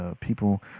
people